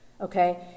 Okay